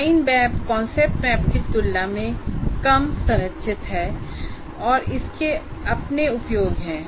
mind map concept map की तुलना में कम संरचित है और इसके अपने उपयोग हैं